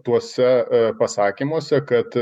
tuose pasakymuose kad